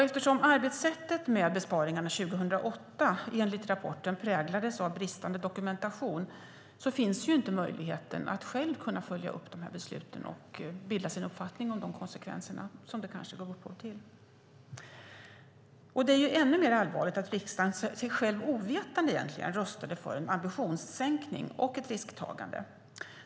Eftersom arbetssättet med besparingarna 2008 enligt rapporten präglades av bristande dokumentation finns det inte möjlighet att följa upp besluten och själv bilda sig en uppfattning om de konsekvenser som de kanske gav upphov till. Det är ännu mer allvarligt att riksdagen sig själv ovetande röstade för en ambitionssänkning och ett risktagande.